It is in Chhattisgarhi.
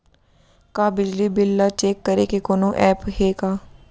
का बिजली बिल ल चेक करे के कोनो ऐप्प हे का?